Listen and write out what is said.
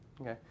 Okay